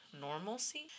normalcy